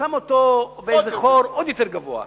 ושם אותו באיזה חור עוד יותר גבוה.